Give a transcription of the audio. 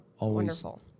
Wonderful